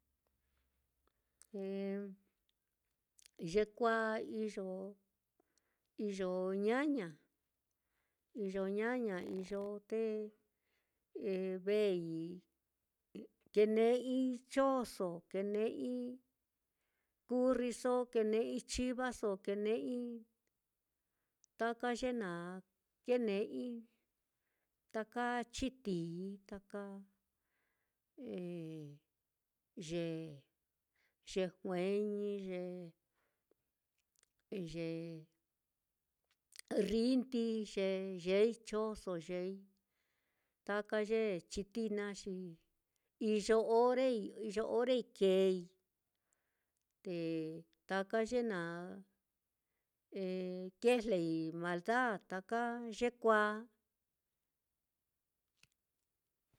yekuāā iyo iyo ñaña iyo ñaña iyo te eh ve'ei kene'ei chonso, kene'ei kurriso, kene'ei chivaso, kene'ei taka ye naá, kene'ei taka chitií taka eh ye ye jueñi, ye ye rrindi, ye yeei chonso yeei taka ye chitií na xi iyo orei, iyo orei keei te taka ye naá eh kijlei malda taka yekuāā.